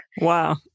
Wow